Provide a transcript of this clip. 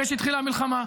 אחרי שהתחילה המלחמה.